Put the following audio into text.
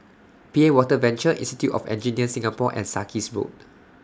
P A Water Venture Institute of Engineers Singapore and Sarkies Road